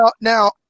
Now